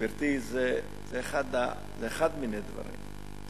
גברתי, זה אחד מני דברים.